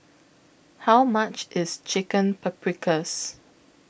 How much IS Chicken Paprikas